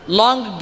long